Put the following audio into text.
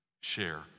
share